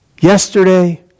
yesterday